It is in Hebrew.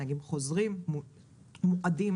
נהגים מועדים,